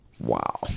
Wow